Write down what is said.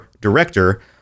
director